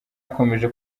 akomeje